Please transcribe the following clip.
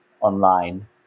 online